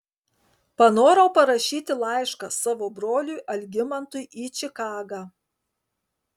panorau parašyti laišką savo broliui algimantui į čikagą